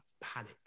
Panic